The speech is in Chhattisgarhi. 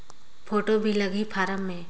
फ़ोटो भी लगी फारम मे?